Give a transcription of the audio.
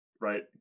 right